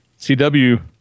CW